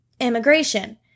Immigration